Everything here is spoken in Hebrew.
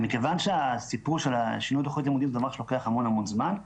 מכיוון שהסיפור של שינוי תוכנית לימודים לוקח המון המון זמן,